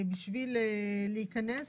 בשביל להיכנס